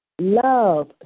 love